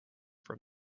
from